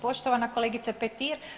Poštovana kolegice Petir.